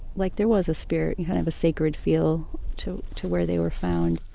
like there was a spirit, and kind of a sacred feel to to where they were found.